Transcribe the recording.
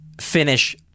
finish